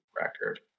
record